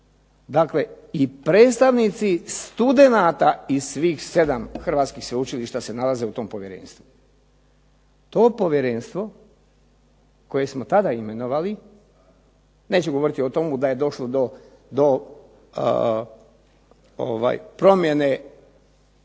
naglasiti i predstavnici studenata i svih 7 hrvatskih sveučilišta se nalazi u tom povjerenstvu. To povjerenstvo koje smo tada imenovali, nećemo govoriti o tome da je došlo do promjene